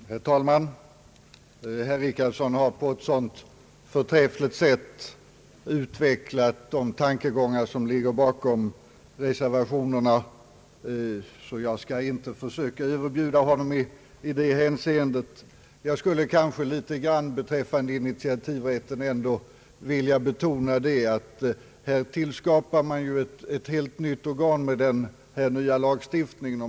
Herr talman! Herr Richardson har på ett sådant förträffligt sätt utvecklat de tankegångar som ligger bakom reservationerna, att jag inte skall försöka överbjuda honom i det hänseendet. Beträffande initiativrätten skulle jag ändå vilja betona att man tillskapar ett helt nytt organ genom den nya lagstiftningen.